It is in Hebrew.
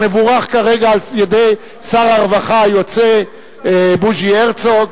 המבורך כרגע על-ידי שר הרווחה היוצא בוז'י הרצוג,